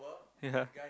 ya